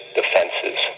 defenses